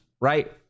right